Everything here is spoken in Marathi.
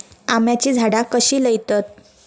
आम्याची झाडा कशी लयतत?